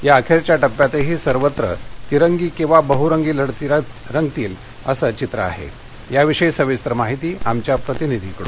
या अखख्या टप्प्यातही सर्वत्र तिरंगी किंवा बहुरंगी लढती रंगतील असं चित्र आह आविषयी सविस्तर माहिती आमच्या प्रतिनिधीकडून